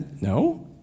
no